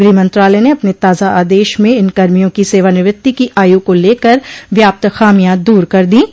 गृह मंत्रालय ने अपने ताज़ा आदेश में इन कर्मियों की सेवानिवृत्ति की आयु को लेकर व्याप्त खामियां दूर कर दीं